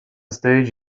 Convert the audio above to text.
stage